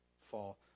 fall